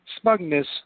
smugness